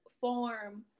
form